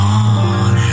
on